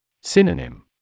Synonym